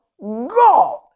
God